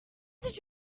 did